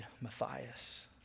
Matthias